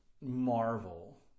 marvel